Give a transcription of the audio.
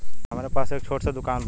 हमरे पास एक छोट स दुकान बा